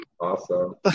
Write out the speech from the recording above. Awesome